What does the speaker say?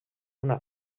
una